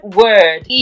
word